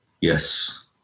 Yes